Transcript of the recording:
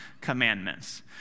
Commandments